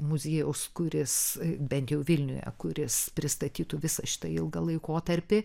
muziejaus kuris bent jau vilniuje kuris pristatytų visą šitą ilgą laikotarpį